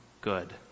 good